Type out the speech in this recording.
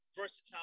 versatile